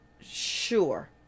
Sure